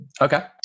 Okay